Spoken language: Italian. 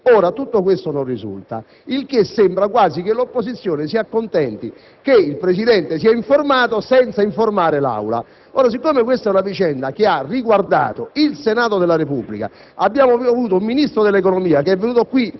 Ora, tutto questo non risulta, con il che sembra quasi che l'opposizione si accontenti che il Presidente sia informato senza informare l'Aula. Siccome la vicenda ha riguardato il Senato della Repubblica e il Ministro dell'economia è venuto in